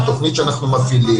על תכנית שאנחנו מפעילים.